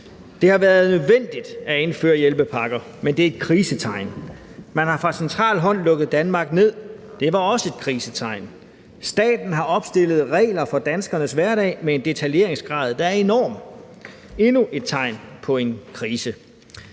Det har været nødvendigt at indføre hjælpepakker, men det er et krisetegn. Man har fra centralt hold lukket Danmark ned. Det var også et krisetegn. Staten har opstillet regler for danskernes hverdag med en detaljeringsgrad, der er enorm – endnu et tegn på en krise.